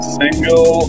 single